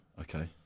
Okay